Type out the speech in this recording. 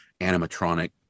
animatronic